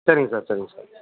சரிங்க சார் சரிங்க சார்